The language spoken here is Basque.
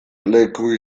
leku